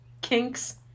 Kinks